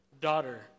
daughter